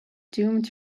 doomed